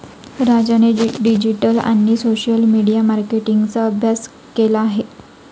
राजाने डिजिटल आणि social media मार्केटिंगचा अभ्यास केला आहे